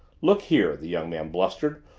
look here, the young man blustered,